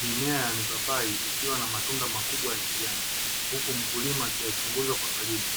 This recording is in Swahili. Mimea ya mipapai ikiwa na matunda makubwa ya kijani, huku mkulima akiyachunguza kwa ukaribu.